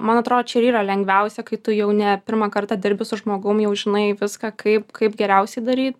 man atrodo čia ir yra lengviausia kai tu jau ne pirmą kartą dirbi su žmogum jau žinai viską kaip kaip geriausiai daryt